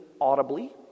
audibly